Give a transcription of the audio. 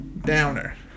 downer